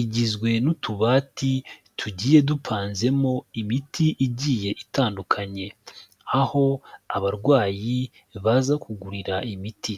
igizwe n'utubati tugiye dupanzemo imiti igiye itandukanye, aho abarwayi baza kugurira imiti.